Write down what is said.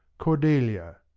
cordelia,